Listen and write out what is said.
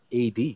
AD